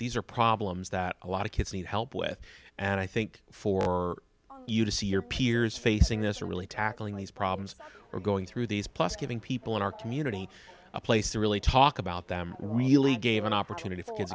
these are problems that a lot of kids need help with and i think for you to see your peers facing this are really tackling these problems we're going through these plus giving people in our community a place to really talk about them really gave an opportunity for kids